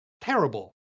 terrible